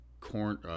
Corn –